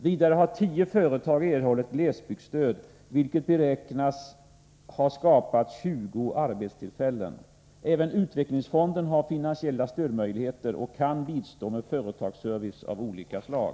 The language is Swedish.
Vidare har tio företag erhållit glesbygdsstöd, vilket beräknas ha skapat 20 arbetstillfällen. Även utvecklingsfonden har finansiella stödmöjligheter och kan bistå med företagsservice av olika slag.